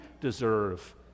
deserve